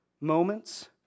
moments